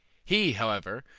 he, however,